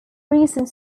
recent